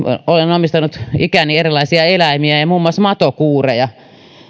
olen omistanut ikäni erilaisia eläimiä ja ja muun muassa matokuureja